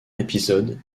épisode